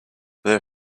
their